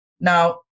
Now